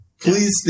Please